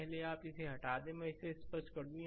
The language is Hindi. पहले आप इसे हटा दें मैं इसे स्पष्ट कर दूं